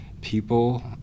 People